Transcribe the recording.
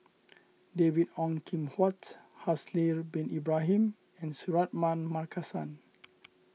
David Ong Kim Huat Haslir Bin Ibrahim and Suratman Markasan